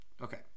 Okay